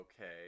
okay